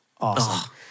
awesome